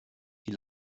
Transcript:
die